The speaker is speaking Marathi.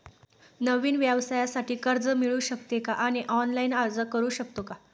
नवीन व्यवसायासाठी कर्ज मिळू शकते का आणि ऑनलाइन अर्ज करू शकतो का?